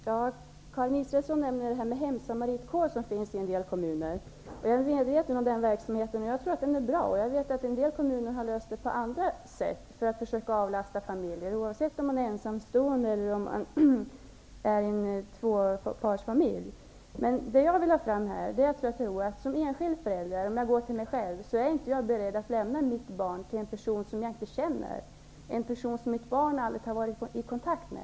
Herr talman! Karin Israelsson nämner det här med hemsamaritkår, som finns in en del kommuner. Jag är medveten om den verksamheten, och jag tror att den är bra. Men i en del andra kommuner har man löst det på andra sätt för att avlasta familjer -- oavsett om man är ensamstående eller ingår i en tvåpartsfamilj. Som enskild förälder -- om jag går till mig själv -- är jag emellertid inte beredd att lämna mitt barn till en person som jag inte känner, en person som mitt barn aldrig har varit i kontakt med.